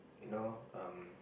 you know um